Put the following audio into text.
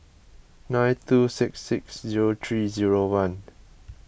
nine two six six zero three zero one